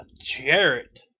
Jarrett